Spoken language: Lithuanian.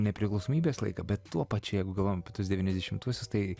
nepriklausomybės laiką bet tuo pačiu jeigu galvojam apie tuos devyniasdešimtuosius tai